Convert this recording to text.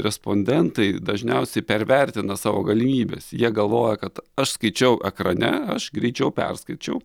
respondentai dažniausiai pervertina savo galimybes jie galvoja kad aš skaičiau ekrane aš greičiau perskaičiau